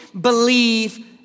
believe